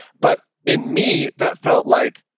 but in me that felt like,